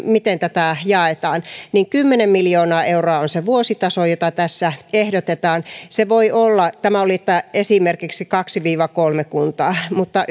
miten tätä jaetaan kymmenen miljoonaa euroa on se vuositaso jota tässä ehdotetaan se voi olla täällä oli näin esimerkiksi kaksi viiva kolme kuntaa mutta